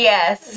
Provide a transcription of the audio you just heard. Yes